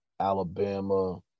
Alabama